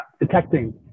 detecting